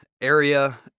area